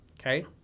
okay